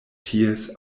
ties